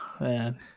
man